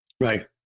Right